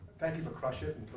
thank you for crush it!